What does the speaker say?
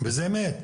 וזה מת.